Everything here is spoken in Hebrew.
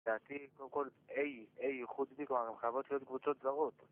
תעשי כל A, איחוד C, כמובן חייבות להיות קבוצות זרות